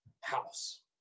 house